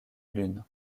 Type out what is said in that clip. lune